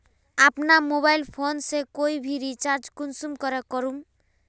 अपना mobile phone से कोई भी रिचार्ज कुंसम करे करूम?